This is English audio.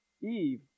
Eve